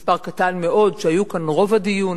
מספר קטן מאוד שהיו כאן רוב הדיון,